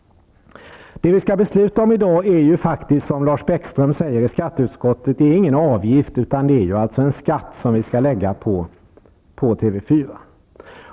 Vad vi skall besluta om i dag är, som Lars Bäckström i skatteutskottet säger, inte någon avgift, utan det är en skatt som vi skall lägga på TV 4.